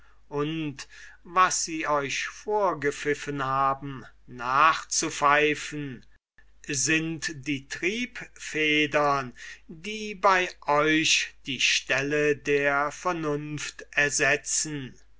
und was sie euch vorgepfiffen haben nachzupfeifen sind die triebfedern die bei euch die stelle der vernunft ersetzen